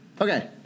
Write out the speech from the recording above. Okay